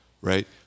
right